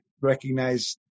recognize